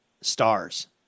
stars